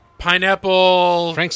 Pineapple